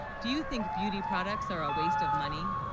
do you, think beauty products are a waste of money